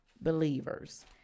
believers